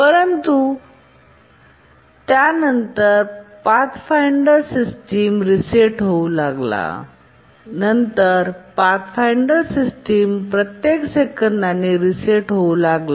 परंतु त्यानंतर Pathfinder system reset होऊ लागला नंतर पाथफाइंडर सिस्टम प्रत्येक सेकंदांनी रीसेट होऊ लागला